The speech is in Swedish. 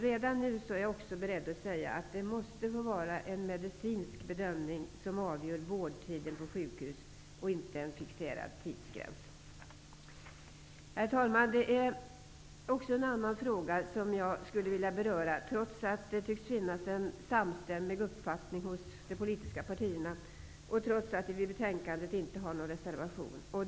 Redan nu är jag beredd att säga att det måste vara en medicinsk bedömning som avgör vårdtiden på sjukhus, inte en fixerad tidsgräns. Herr talman! Jag skulle vilja beröra en annan fråga, trots att det i den frågan tycks finnas en samstämmighet hos de politiska partierna och trots att vi i betänkandet inte har någon reservation.